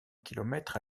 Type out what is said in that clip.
kilomètres